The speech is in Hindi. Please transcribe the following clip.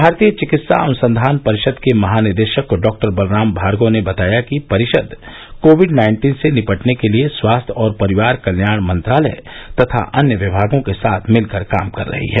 भारतीय चिकित्सा अनुसंघान परिषद के महानिदेशक डॉक्टर बलराम भार्गव ने बताया कि परिषद कोविड नाइन्टीन से निपटने के लिए स्वास्थ्य और परिवार कल्याण मंत्रालय तथा अन्य विभागों के साथ मिलकर काम कर रही है